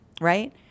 right